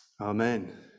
Amen